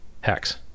hex